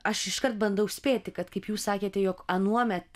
aš iškart bandau spėti kad kaip jūs sakėte jog anuomet